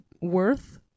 worth